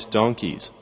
donkeys